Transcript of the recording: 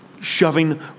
shoving